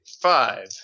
five